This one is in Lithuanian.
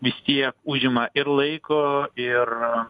vis tiek užima ir laiko ir